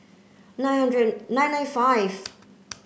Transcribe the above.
nine hundred and nine nine five